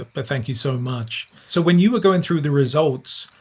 ah but thank you so much. so when you were going through the results,